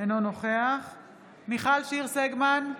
אינו נוכח מיכל שיר סגמן,